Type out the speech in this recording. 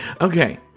Okay